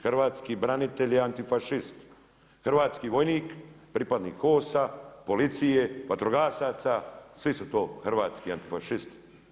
Hrvatski branitelj je antifašist, hrvatski vojnik pripadnik HOS-a, policije, vatrogasaca svi su to hrvatski antifašisti.